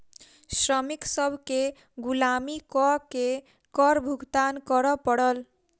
श्रमिक सभ केँ गुलामी कअ के कर भुगतान करअ पड़ल